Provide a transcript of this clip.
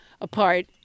apart